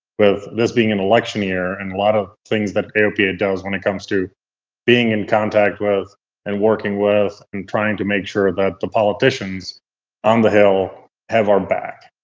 with this being an election year and a lot of things that aopa does when it comes to being in contact with and working with and trying to make sure that the politicians on the hill have our back.